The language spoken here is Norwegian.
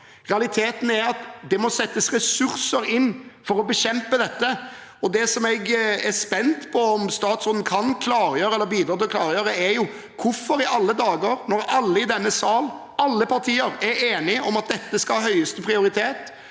Realiteten er at det må settes ressurser inn for å bekjempe dette. Det som jeg er spent på om statsråden kan klargjøre eller bidra til å klargjøre, er: Når alle i denne sal og alle partier er enige om at dette skal ha høyeste prioritet,